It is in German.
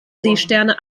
seesterne